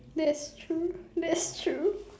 that's true that's true